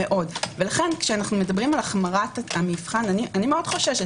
לכן כשאנו מדברים על החמרת המבחן, אני מאוד חוששת.